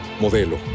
Modelo